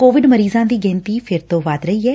Covid ਮਰੀਜਾਂ ਦੀ ਗਿਣਤੀ ਫਿਰ ਤੋ ਵੱਧ ਰਹੀ ਐ